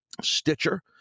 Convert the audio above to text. Stitcher